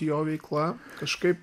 jo veikla kažkaip